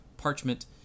Parchment